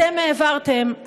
אתם העברתם,